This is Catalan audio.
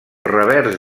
revers